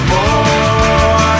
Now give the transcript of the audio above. More